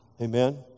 Amen